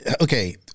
okay